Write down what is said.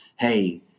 hey